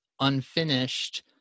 unfinished